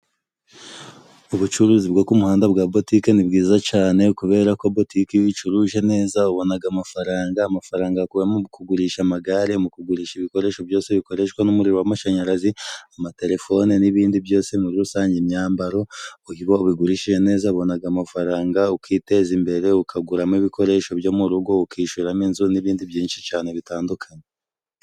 Ubucuruzi bwo ku muhanda bwa botike ni bwiza cane kuberako botike iyo uyicuruje neza ubonaga amafaranga amafaranga mu kugurisha amagare, mu kugurisha ibikoresho byose bikoreshwa n'umuriro w'amashanyarazi amatelefoni n'ibindi byose muri rusange, imyambaro iyo ubigurishije neza ubonaga amafaranga ukiteza imbere ukaguramo ibikoresho byo mu rugo, ukishuramo inzu n'ibindi byinshi cane bitandukanye.